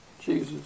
Jesus